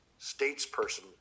statesperson